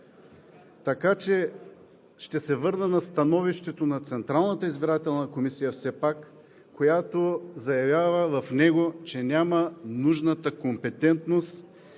Ще се върна на становището на Централната избирателна комисия все пак, която заявява в него, че няма нужната компетентност